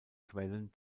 quellen